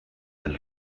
del